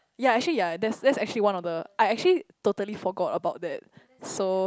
ya actually ya that's that's actually one of the I actually totally forgot about that so